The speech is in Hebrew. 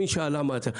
אנחנו,